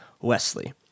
Wesley